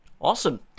awesome